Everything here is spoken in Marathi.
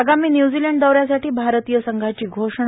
आगामी न्यूझीलंड दौऱ्यासाठी भारतीय संघाची घोषणा